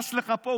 לחש לך פה,